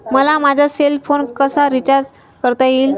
मला माझा cell phone कसा रिचार्ज करता येईल?